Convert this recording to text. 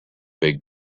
big